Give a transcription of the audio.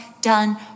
done